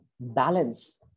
balance